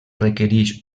requereix